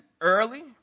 early